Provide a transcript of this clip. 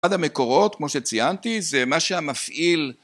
אחד המקורות, כמו שציינתי, זה מה שהמפעיל ...